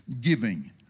giving